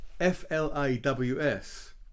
F-L-A-W-S